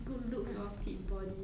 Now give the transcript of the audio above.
good looks or fit body